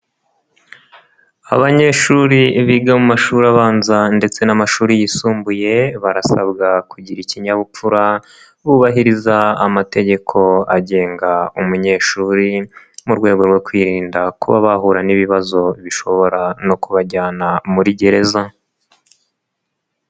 Abanyeshuri biga mu mashuri abanza ndetse n'amashuri yisumbuye barasabwa kugira ikinyabupfura bubahiriza amategeko agenga umunyeshuri mu rwego rwo kwirinda kuba bahura n'ibibazo bishobora no kubajyana muri gereza.